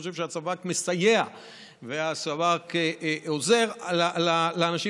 חושב שהשב"כ מסייע והשב"כ עוזר לאנשים.